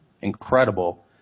incredible